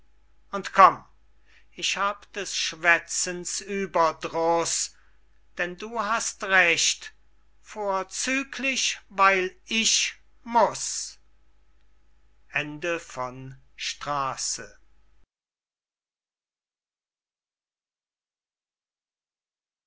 und komm ich hab des schwätzens ueberdruß denn du hast recht vorzüglich weil ich muß